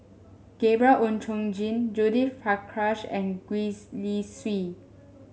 Gabriel Oon Chong Jin Judith Prakash and Gwee Li Sui